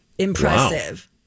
Impressive